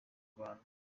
rwanda